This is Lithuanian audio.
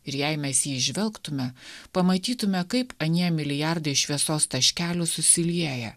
ir jei mes jį įžvelgtume pamatytume kaip anie milijardai šviesos taškelių susilieja